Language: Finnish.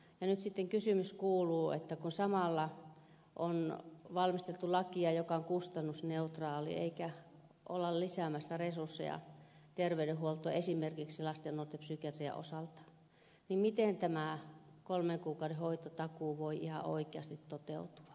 nyt sitten kysymys kuuluu kun samalla on valmisteltu lakia joka on kustannusneutraali eikä olla lisäämässä resursseja terveydenhuoltoon esimerkiksi lasten ja nuorten psykiatrian osalta miten tämä kolmen kuukauden hoitotakuu voi ihan oikeasti toteutua